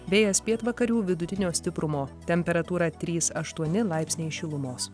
vėjas pietvakarių vidutinio stiprumo temperatūra trys aštuoni laipsniai šilumos